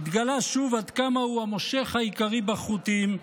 התגלה שוב עד כמה הוא המושך העיקרי בחוטים,